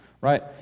Right